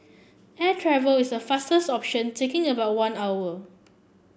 air travel is the fastest option taking about one hour